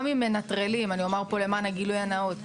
למען הגילוי הנאות,